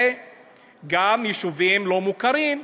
וגם יישובים לא מוכרים,